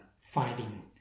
finding